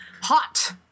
hot